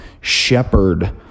shepherd